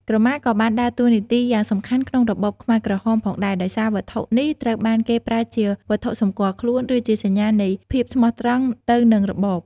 ក្រមានេះក៏បានដើរតួនាទីយ៉ាងសំខាន់ក្នុងរបបខ្មែរក្រហមផងដែរ ដោយសារវត្ថុនេះត្រូវបានគេប្រើជាវត្ថុសម្គាល់ខ្លួន ឬជាសញ្ញានៃភាពស្មោះត្រង់ទៅនឹងរបប។